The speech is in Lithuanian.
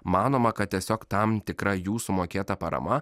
manoma kad tiesiog tam tikra jų sumokėta parama